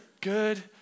Good